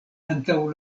antaŭ